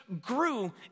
grew